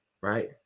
right